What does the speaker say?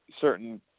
certain